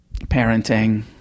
parenting